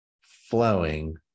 flowing